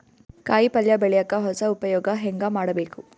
ಕಾಯಿ ಪಲ್ಯ ಬೆಳಿಯಕ ಹೊಸ ಉಪಯೊಗ ಹೆಂಗ ಮಾಡಬೇಕು?